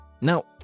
Now